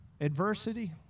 adversity